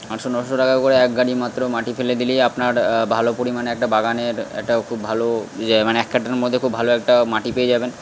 আটশো নশো টাকা করে এক গাড়ি মাত্র মাটি ফেলে দিলেই আপনার ভালো পরিমাণে একটা বাগানের একটা খুব ভালো যে মানে এক কাটার মধ্যে খুব ভালো একটা মাটি পেয়ে যাবেন